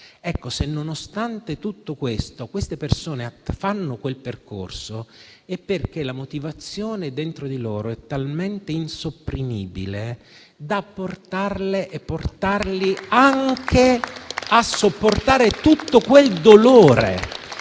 te - se nonostante tutto questo, queste persone fanno quel percorso, è perché la motivazione dentro di loro è talmente insopprimibile da portarle e portarli anche a sopportare tutto quel dolore.